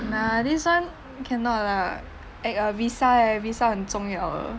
nah this one cannot lah ai~ err visa eh visa 很重要的